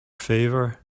favor